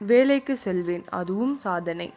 வேலைக்கு செல்வேன் அதுவும் சாதனை